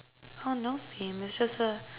oh no theme it's just a